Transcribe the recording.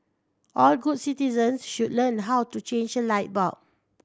all good citizens should learn how to change a light bulb